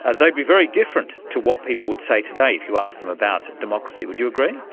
ah they'd be very different to what people would say today if you asked them about democracy. would you agree?